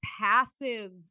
passive